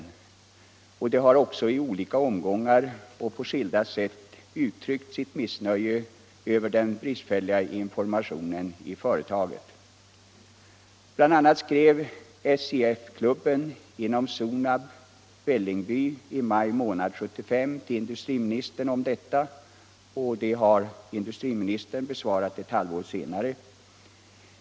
De anställda har också i olika omgångar och på skilda sätt uttryckt sitt missnöje med den bristfälliga informationen i företaget. Bl. a. skrev SIF-klubben inom Sonab i Vällingby i maj månad 1975 till industriministern om den. Det brevet besvarade industriministern ett halvår senare.